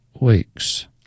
weeks